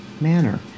manner